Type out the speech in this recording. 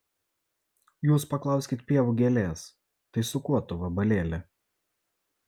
jūs paklauskit pievų gėlės tai su kuo tu vabalėli